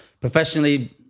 professionally